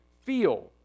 feel